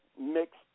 mixed